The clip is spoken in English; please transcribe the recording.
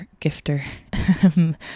gifter